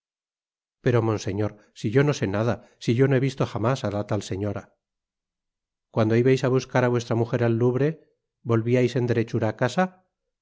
pero monseñor si yo no sé nada si no he visto jamás á la tal señora cuando ibais á buscar á vuestra mujer al louvre volviais en derechura á casa